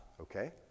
okay